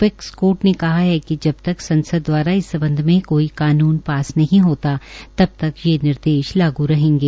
apex court ने कहा है कि जब तक संसद द्वारा इस सम्बध में कोई कानून पास नहीं होता तब तक ये निर्देश लागू रहेंगे